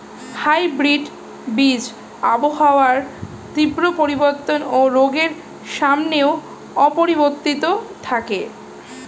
hybrid বীজ আবহাওয়ার তীব্র পরিবর্তন ও রোগের সামনেও অপরিবর্তিত থাকে